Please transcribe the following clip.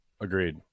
Agreed